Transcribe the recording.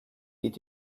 geht